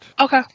Okay